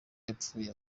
yapfuye